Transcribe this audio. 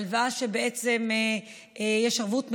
הלוואה שבעצם יש לה ערבות מדינה,